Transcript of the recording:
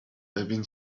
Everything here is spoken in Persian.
ببین